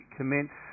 commence